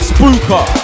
Spooker